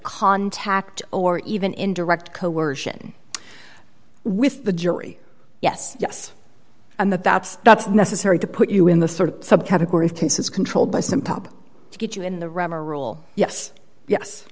contact or even in direct coercion with the jury yes yes and that's that's necessary to put you in the sort of subcategory of cases controlled by some top to get you in the rubber rule yes yes